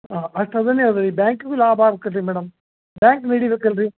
ಅಷ್ಟು ಅದನ್ನೇ ಅದು ಈ ಬ್ಯಾಂಕಿಗೂ ಲಾಭ ಆಗಬೇಕಲ್ರಿ ಮೇಡಮ್ ಬ್ಯಾಂಕ್ ನಡೀಬೇಕಲ್ಲ ರೀ